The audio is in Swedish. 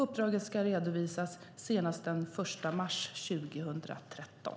Uppdraget ska redovisas senast den 1 mars 2013.